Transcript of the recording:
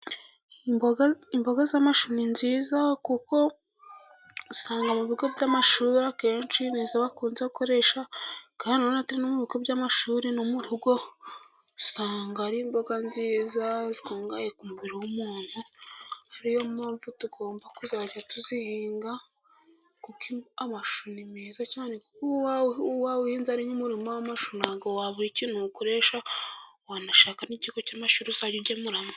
Imboga z'amashu ni nziza kuko usanga mu bigo by'amashuri, akenshi nizo bakunze akoresha, kandi noneho atari mu bigo by'amashuri, no mu rugo usanga ari imboga nziza zikungahaye ku mubiri w'umuntu, ariyo mpamvu tugomba kuzajya tuzihinga, kuko amashu ni meza cyane, kuko wawuhinze ari nk'umurima w'amashu ni wabura ikintu uyakoresha, wanashaka n'ikigo cy'amashuri uzajya uyagemuramo.